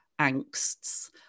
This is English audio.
angsts